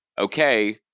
okay